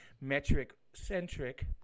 metric-centric